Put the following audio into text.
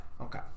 okay